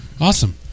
Awesome